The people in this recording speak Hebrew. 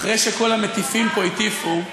אחרי שכל המטיפים פה הטיפו,